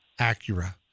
Acura